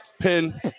pin